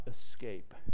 escape